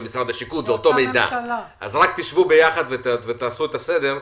תשבו יחד ותעשו את הסדר.